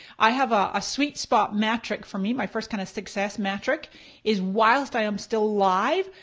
i have a sweet spot metric for me, my first kind of success metric is whilst i am still live,